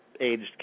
aged